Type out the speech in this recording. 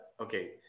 okay